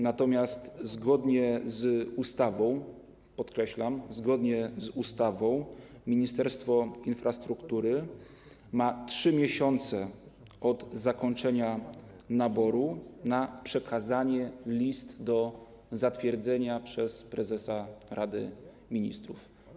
Natomiast zgodnie z ustawą, podkreślam, zgodnie z ustawą Ministerstwo Infrastruktury ma 3 miesiące od zakończenia naboru na przekazanie list do zatwierdzenia przez prezesa Rady Ministrów.